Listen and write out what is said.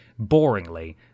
boringly